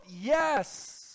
Yes